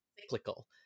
cyclical